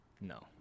no